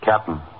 Captain